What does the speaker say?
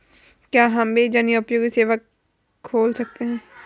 क्या हम भी जनोपयोगी सेवा खोल सकते हैं?